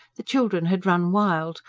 the children had run wild,